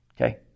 Okay